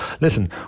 listen